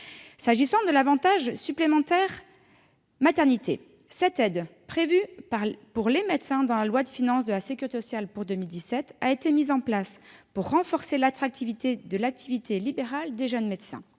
qui concerne l'avantage supplémentaire maternité, cette aide, prévue pour les médecins dans la loi de financement de la sécurité sociale pour 2017, a été mise en place pour renforcer l'attractivité de l'activité libérale des jeunes médecins.